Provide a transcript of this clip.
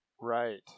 Right